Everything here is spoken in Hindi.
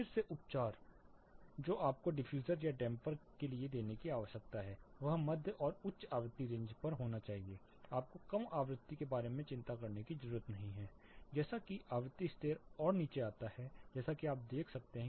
फिर से उपचार जो आपको डिफ्यूज़र या डैम्पर्स के लिए देने की आवश्यकता होती है वह मध्य और उच्च आवृत्ति रेंज पर होना चाहिए आपको कम आवृत्ति के बारे में चिंता करने की ज़रूरत नहीं है